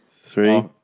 Three